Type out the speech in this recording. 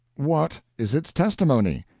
what is its testimony?